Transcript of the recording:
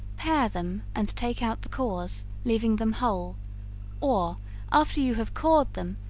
pare them and take out the cores, leaving them whole or after you have cored them,